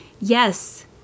yes